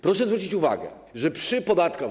Proszę zwrócić uwagę, że przy podatkach.